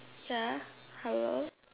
ya hello